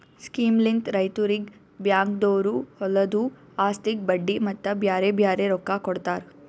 ಸ್ಕೀಮ್ಲಿಂತ್ ರೈತುರಿಗ್ ಬ್ಯಾಂಕ್ದೊರು ಹೊಲದು ಆಸ್ತಿಗ್ ಬಡ್ಡಿ ಮತ್ತ ಬ್ಯಾರೆ ಬ್ಯಾರೆ ರೊಕ್ಕಾ ಕೊಡ್ತಾರ್